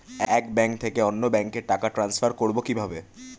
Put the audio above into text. এক ব্যাংক থেকে অন্য ব্যাংকে টাকা ট্রান্সফার করবো কিভাবে?